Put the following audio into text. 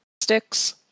Sticks